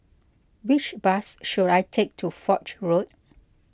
which bus should I take to Foch Road